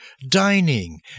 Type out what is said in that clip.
dining